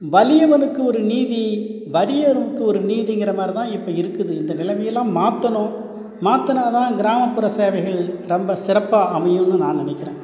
வலியவனுக்கு ஒரு நீதி வறியவனுக்கு ஒரு நீதிங்கிற மாதிரிதான் இப்போ இருக்குது இந்த நிலைமையெல்லாம் மாற்றணும் மாத்துனாதான் கிராமப்புற சேவைகள் ரொம்ப சிறப்பாக அமையுன்னு நான் நினைக்கிறேன்